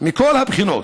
מכל הבחינות.